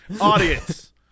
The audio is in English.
Audience